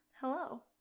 hello